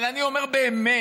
אבל אני אומר באמת,